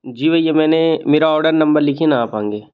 जी भइया मैंने मेरा ऑर्डर नंबर लिखिए न आप आगे